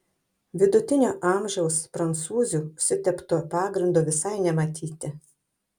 vidutinio amžiaus prancūzių užsitepto pagrindo visai nematyti